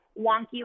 wonky